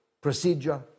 procedure